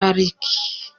pariki